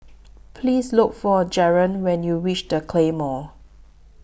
Please Look For Jaren when YOU REACH The Claymore